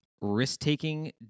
risk-taking